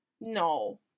no